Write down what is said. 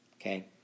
okay